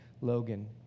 Logan